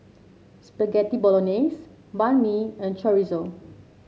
Spaghetti Bolognese Banh Mi and Chorizo